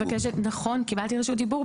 נכון, קיבלתי רשות דיבור.